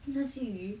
跟那些鱼